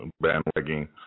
bandwagon